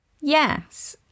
Yes